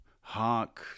Hark